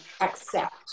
accept